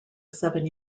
seven